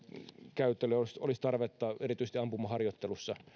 käytölle olisi olisi tarvetta erityisesti ampumaharjoittelussa